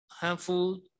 handful